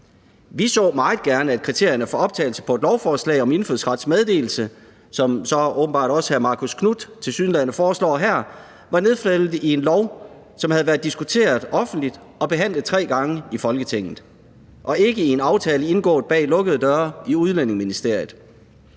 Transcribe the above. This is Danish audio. Vi så meget gerne, at kriterierne for optagelse på et lovforslag om indfødsrets meddelelse – sådan som hr. Marcus Knuth så tilsyneladende også foreslår her – var nedfældet i en lov, som havde været diskuteret offentligt og behandlet tre gange i Folketinget, og ikke i en aftale indgået bag lukkede døre i Udlændingeministeriet.